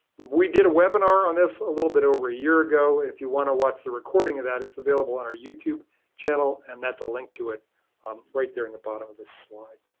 we did a webinar on this a little bit over a year ago. if you want to watch the recording of that it's available on our youtube channel and that's a link to it um right there in the bottom of this slide.